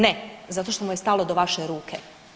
Ne zato što mu je stalo do vaše ruke.